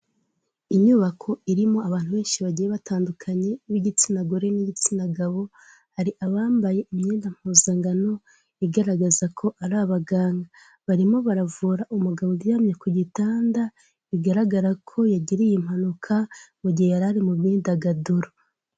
Inyubako irimo abantu benshi bagiye batandukanye b'igitsina gore n'igitsina gabo, hari abambaye imyenda mpuzangano igaragaza ko ari abaganga, barimo baravura umugabo uryamye ku gitanda bigaragara ko yagiriye impanuka mu gihe yari ari mu myidagaduro.